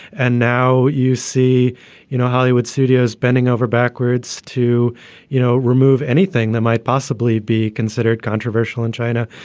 and now you see you know hollywood studios bending over backwards to you know remove anything that might possibly be considered controversial in china.